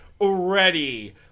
ready